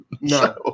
No